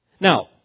Now